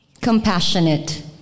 compassionate